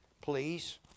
Please